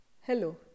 Hello